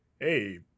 hey